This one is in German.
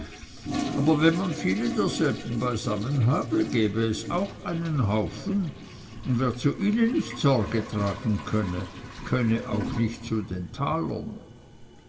aber wenn man viele derselben beisammen habe gebe es auch einen haufen und wer zu ihnen nicht sorge tragen könne komme auch nicht zu den talern